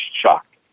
shocked